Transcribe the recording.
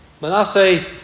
Manasseh